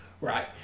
Right